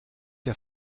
der